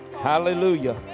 hallelujah